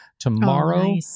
Tomorrow